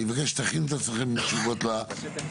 אני מבקש שתכינו את עצמכם לתשובות לעניין.